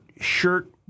shirt